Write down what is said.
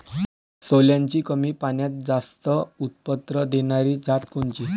सोल्याची कमी पान्यात जास्त उत्पन्न देनारी जात कोनची?